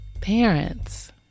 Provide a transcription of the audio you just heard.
parents